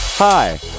Hi